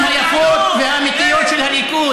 על הפנים היפות והאמיתיות של הליכוד.